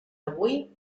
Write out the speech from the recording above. avui